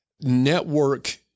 Network